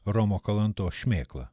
romo kalantos šmėkla